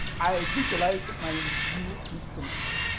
i visualized my new instrument